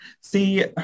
See